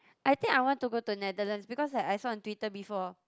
I think I want to go to the Netherlands because I I saw on Twitter before